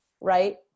right